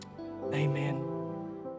Amen